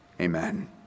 Amen